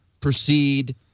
proceed